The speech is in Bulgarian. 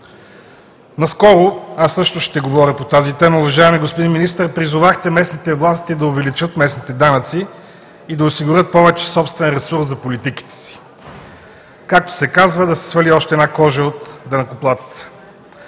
Наскоро, аз също ще говоря по тази тема, уважаеми господин Министър, призовахте местните власти да увеличат местните данъци и да осигурят повече собствен ресурс за политиките си, както се казва, да се свали още една кожа от данъкоплатеца.